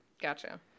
Gotcha